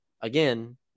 again